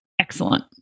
excellent